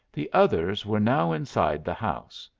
the others were now inside the house.